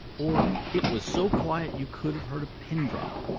or it was so quiet, you could have heard a pin drop.